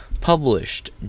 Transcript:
published